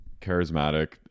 charismatic